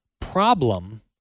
problem